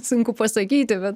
sunku pasakyti bet